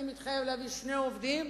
אני מתחייב להביא שני עובדים,